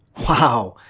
wow,